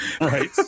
Right